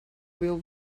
will